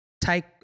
take